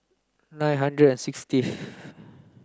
nine hundred sixtieth